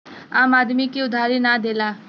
आम आदमी के उधारी ना देला